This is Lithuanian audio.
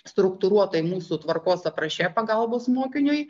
struktūruotai mūsų tvarkos apraše pagalbos mokiniui